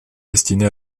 destinés